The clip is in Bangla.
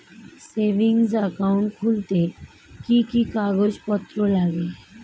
সেভিংস একাউন্ট খুলতে কি কি কাগজপত্র লাগে?